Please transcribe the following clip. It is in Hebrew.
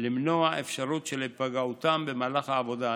למנוע אפשרות של היפגעותם במהלך העבודה.